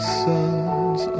sons